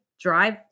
drive